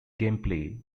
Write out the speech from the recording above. gameplay